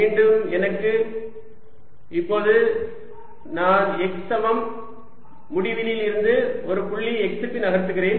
மீண்டும் எனக்கு இப்போது நான் x சமம் முடிவிலியில் இருந்து ஒரு புள்ளி x க்கு நகர்த்துகிறேன்